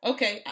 Okay